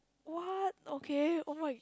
what okay oh my